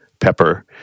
pepper